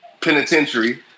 penitentiary